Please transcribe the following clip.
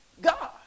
God